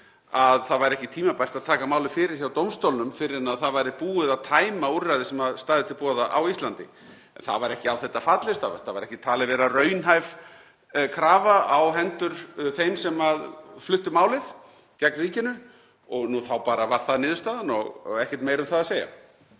að það væri ekki tímabært að taka málið fyrir hjá dómstólnum fyrr en það væri búið að tæma úrræði sem stæðu til boða á Íslandi. Það var ekki á þetta fallist, þetta var ekki talin vera raunhæf krafa á hendur þeim sem fluttu málið gegn ríkinu og þá bara varð það niðurstaðan og ekkert meira um það að segja.